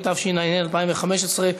התשע"ה 2015,